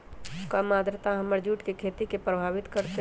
कम आद्रता हमर जुट के खेती के प्रभावित कारतै?